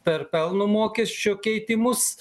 per pelno mokesčio keitimus